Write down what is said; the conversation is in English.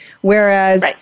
Whereas